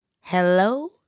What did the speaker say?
hello